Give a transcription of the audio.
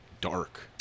dark